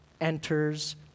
enters